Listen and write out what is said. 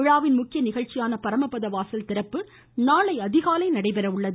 விழாவின் முக்கிய நிகழ்ச்சியான பரமபதவாசல் திறப்பு நாளை அதிகாலை நடைபெற உள்ளது